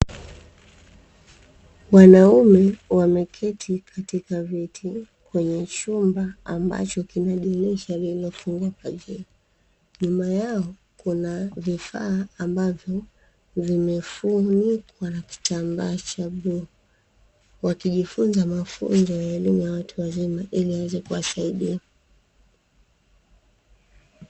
Wanaume wameketi katika viti kwenye chumba ambacho kina dirisha lililofungwa pazia, nyuma yao kuna vifaa ambavyo vimefunikwa na kitambaa cha bluu wakijifunza mafunzo ya elimu ya watu wazima ili iweze kuwasaidia.